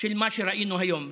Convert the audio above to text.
של מה שראינו היום.